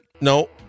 No